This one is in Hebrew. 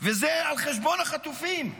וזה על חשבון החטופים.